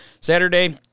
Saturday